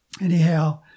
Anyhow